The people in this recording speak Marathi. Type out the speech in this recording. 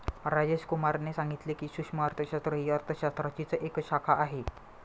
राजेश कुमार ने सांगितले की, सूक्ष्म अर्थशास्त्र ही अर्थशास्त्राचीच एक शाखा आहे